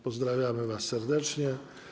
Pozdrawiamy was serdecznie.